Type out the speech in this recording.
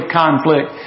conflict